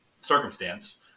circumstance